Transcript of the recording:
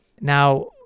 Now